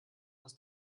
was